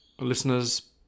listeners